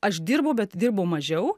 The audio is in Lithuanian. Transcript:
aš dirbau bet dirbau mažiau